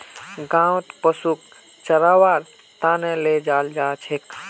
गाँउत पशुक चरव्वार त न ले जा छेक